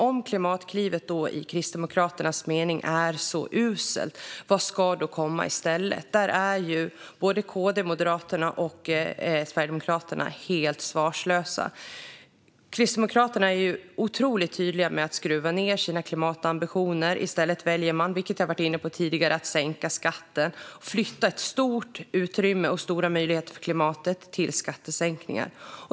Om Klimatklivet enligt Kristdemokraternas mening är så uselt, vad ska då komma i stället? Där är Kristdemokraterna, Moderaterna och Sverigedemokraterna helt svarslösa. Kristdemokraterna är otroligt tydliga med att skruva ned sina klimatambitioner. I stället väljer man, vilket jag har varit inne på tidigare, att sänka skatter och flytta ett stort utrymme och stora möjligheter för klimatet till skattesänkningar.